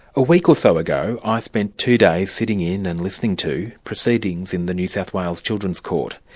a week or so ago i spent two days sitting in and listening to proceedings in the new south wales children's court.